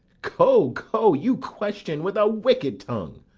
go, go, you question with a wicked tongue.